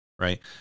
right